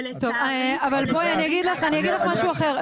ולצערי --- אבל בואי, אני אגיד לך משהו אחר.